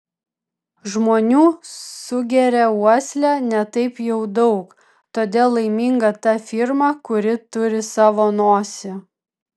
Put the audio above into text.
žmonių sugeria uosle ne taip jau daug todėl laiminga ta firma kuri turi savo nosį